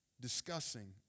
discussing